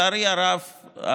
לצערי הרב,